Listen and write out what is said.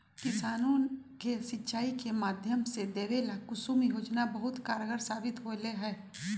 किसानों के सिंचाई के माध्यम देवे ला कुसुम योजना बहुत कारगार साबित होले है